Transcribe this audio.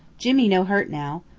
jimmy no hurt now.